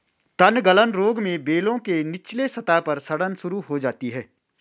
तनगलन रोग में बेलों के निचले सतह पर सड़न शुरू हो जाती है